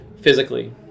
physically